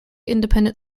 independent